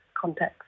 context